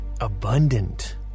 abundant